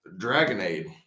Dragonade